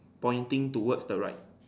pointing towards the right